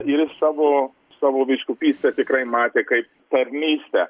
ir savo savo vyskupystę tikrai matė kaip tarnystę